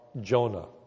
Jonah